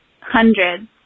Hundreds